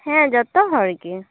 ᱦᱮᱸ ᱡᱚᱛᱚ ᱦᱚᱲᱜᱮ